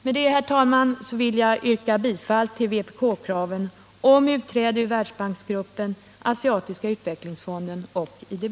Med det, herr talman, vill jag yrka bifall till vpk-kraven om utträde ur Världsbanksgruppen, Asiatiska utvecklingsbanken och IDB.